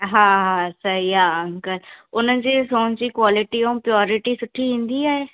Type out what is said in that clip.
हा हा सही आहे अंकल उन्हनि जे सोन जी क्वालिटी ऐं प्योरिटी सुठी ईंदी आहे